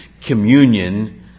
Communion